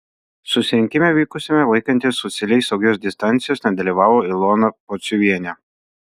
susirinkime vykusiame laikantis socialiai saugios distancijos nedalyvavo ilona pociuvienė